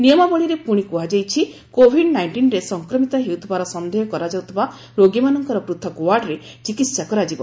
ନିୟମାବଳୀରେ ପୁଣି କୁହାଯାଇଛି କୋଭିଡ୍ ନାଇଷ୍ଟିନ୍ରେ ସଂକ୍ରମିତ ହେଉଥିବାର ସନ୍ଦେହ କରାଯାଉଥିବା ରୋଗୀମାନଙ୍କର ପୂଥକ ୱାର୍ଡରେ ଚିକିତ୍ସା କରାଯିବ